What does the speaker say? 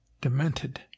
Demented